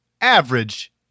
average